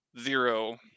zero